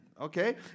Okay